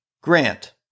Grant